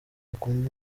bakunda